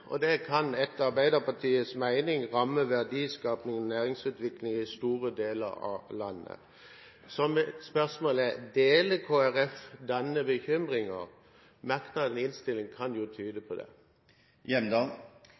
nedprioritert. Det kan etter Arbeiderpartiets mening ramme verdiskaping og næringsutvikling i store deler av landet. Så mitt spørsmål er: Deler Kristelig Folkeparti denne bekymringen? Merknadene i innstillingen kan tyde